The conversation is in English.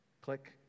click